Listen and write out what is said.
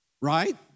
Right